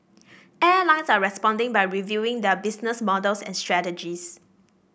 airlines are responding by reviewing their business models and strategies